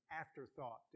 afterthought